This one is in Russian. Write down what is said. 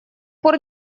пор